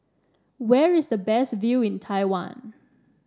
where is the best view in Taiwan